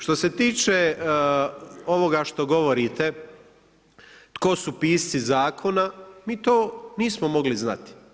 Što se tiče ovoga što govorite tko su pisci zakona, mi to nismo mogli znati.